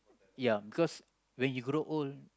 ya because when you grow old